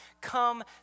come